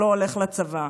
שלא הולך לצבא.